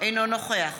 אינו נוכח